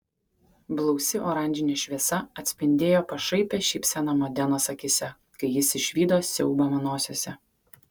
blausi oranžinė šviesa atspindėjo pašaipią šypseną modenos akyse kai jis išvydo siaubą manosiose